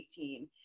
2018